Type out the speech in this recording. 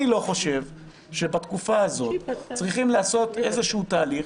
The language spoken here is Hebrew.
אני לא חושב שבתקופה הזאת צריכים לעשות איזשהו תהליך,